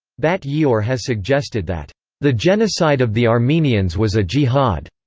bat ye'or has suggested that the genocide of the armenians was a jihad.